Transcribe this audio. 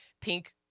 pink